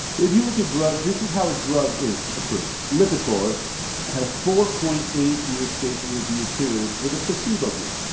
if you look at drugs this is how a drug is approved. lipitor had a four point eight year safety review period with a placebo group.